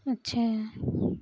اچھا